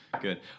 Good